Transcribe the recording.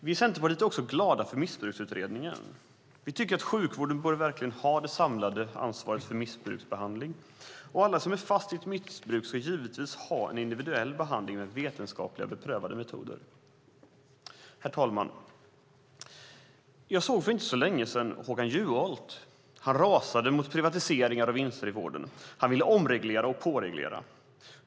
Vi i Centerpartiet är också glada för Missbruksutredningen. Vi tycker att sjukvården verkligen bör ha det samlade ansvaret för missbruksbehandlingen. Alla som är fast i ett missbruk ska givetvis få individuell behandling med vetenskapliga och beprövade metoder. Herr talman! Jag såg för inte så länge sedan Håkan Juholt. Han rasade mot privatiseringar och vinster i vården. Han ville omreglera och påreglera.